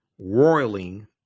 roiling